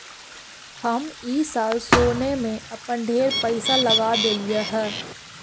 हम ई साल सोने में अपन ढेर पईसा लगा देलिअई हे